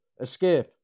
Escape